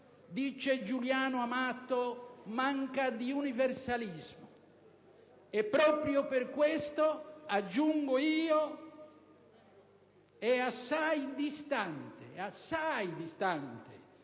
dice Giuliano Amato -manca di universalismo. E proprio per questo - aggiungo io - è assai distante da quella visione